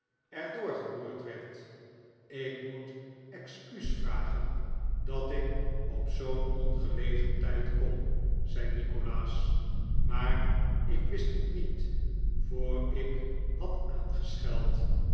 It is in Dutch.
er door geroerd werd ik moet excuus vragen dat ik op zoo'n ongelegen tijd kom zei nikolaas maar ik wist het niet voor ik had